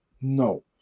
No